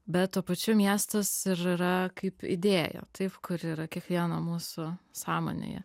bet tuo pačiu miestas ir yra kaip idėja taip kuri yra kiekvieno mūsų sąmonėje